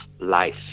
life